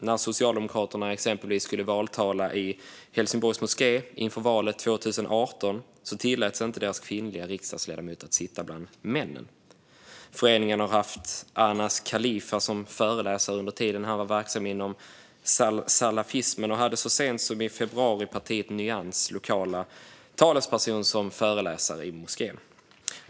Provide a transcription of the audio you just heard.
När Socialdemokraterna exempelvis skulle valtala i Helsingborgs moské inför valet 2018 tilläts inte deras kvinnliga riksdagsledamot att sitta bland männen. Föreningen har haft Anas Khalifa som föreläsare under tiden han var verksam inom salafismen och hade så sent som i februari Partiet Nyans lokala talesperson som föreläsare i moskén.